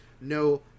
no